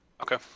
Okay